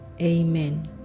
Amen